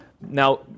now